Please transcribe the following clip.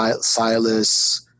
Silas